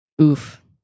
Oof